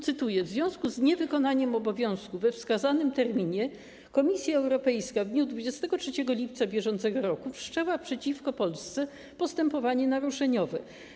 Cytuję: W związku z niewykonaniem obowiązku we wskazanym terminie Komisja Europejska w dniu 23 lipca br. wszczęła przeciwko Polsce postępowanie naruszeniowe.